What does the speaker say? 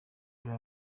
urebe